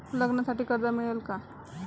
लग्नासाठी कर्ज मिळेल का?